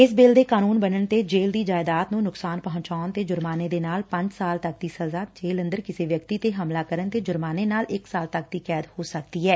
ਇਸ ਬਿੱਲ ਦੇ ਕਾਨੂੰਨ ਬਣਨ ਤੇ ਜੇਲੂ ਦੀ ਜਾਇਦਾਦ ਨੂੰ ਨੁਕਸਾਨ ਪਹੁੰਚਾਣ ਤੇ ਜੁਰਮਾਨੇ ਦੇ ਨਾਲ ਪੰਜ ਸਾਲ ਤੱਕ ਦੀ ਸਜ਼ਾ ਜੇਲ੍ਹ ਅੰਦਰ ਕਿਸੇ ਵਿਅਕਤੀ ਤੇ ਹਮਲਾ ਕਰਨ ਤੇ ਜੁਰਮਾਨੇ ਨਾਲ ਇਕ ਸਾਲ ਤੱਕ ਕੈਦ ਦੀ ਸਜ਼ਾ ਹੋ ਸਕਦੀ ਐ